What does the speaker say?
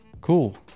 Cool